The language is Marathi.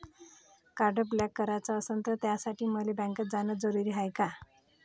कार्ड ब्लॉक कराच असनं त त्यासाठी मले बँकेत जानं जरुरी हाय का?